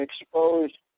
exposed